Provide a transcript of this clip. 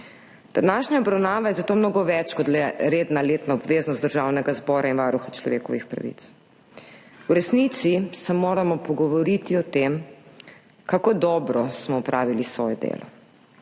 Današnja obravnava je zato mnogo več kot le redna letna obveznost Državnega zbora in Varuha človekovih pravic. V resnici se moramo pogovoriti o tem, kako dobro smo opravili svoje delo